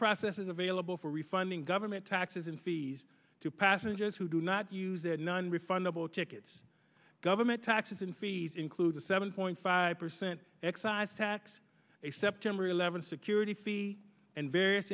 process is available for refunding government taxes and fees to passengers who do not use it non refundable tickets government taxes and fees include a seven point five percent excise tax a september eleventh security fee and various